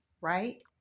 right